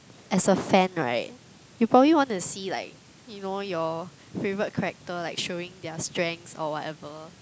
as a fan right you probably want to see like you know your favorite character like showing their strengths or whatever